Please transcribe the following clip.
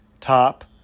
top